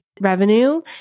revenue